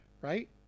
right